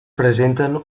presenten